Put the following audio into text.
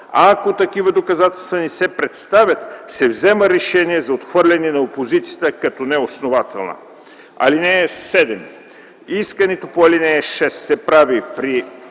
Ако такива доказателства не се представят, се взема решение за отхвърляне на опозицията като неоснователна. (7) Искането по ал. 6 се прави при първата